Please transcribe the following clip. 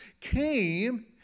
came